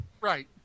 Right